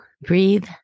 breathe